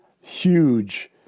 huge